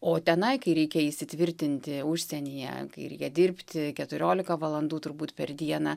o tenai kai reikia įsitvirtinti užsienyje kai reikia dirbti keturiolika valandų turbūt per dieną